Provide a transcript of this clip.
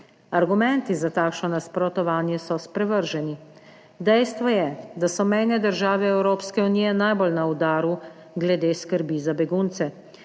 Argumenti za takšno nasprotovanje so sprevrženi. Dejstvo je, da so mejne države Evropske unije najbolj na udaru glede skrbi za begunce.